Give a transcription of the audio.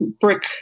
brick